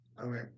Okay